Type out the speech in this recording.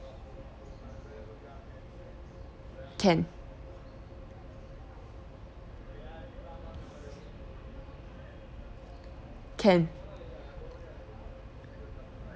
can can